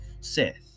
Sith